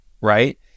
right